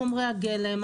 חומרי הגלם,